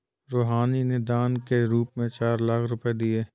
रूहानी ने दान के रूप में चार लाख रुपए दिए